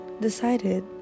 decided